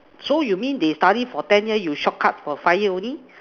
so you mean they study for ten year you short cut for five year only